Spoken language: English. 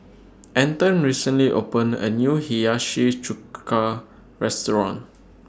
Anton recently opened A New Hiyashi Chuka Restaurant